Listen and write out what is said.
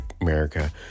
America